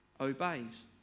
obeys